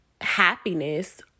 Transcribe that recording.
happiness